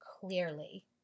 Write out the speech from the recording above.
clearly